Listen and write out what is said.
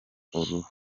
uru